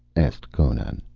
asked conan.